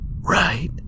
right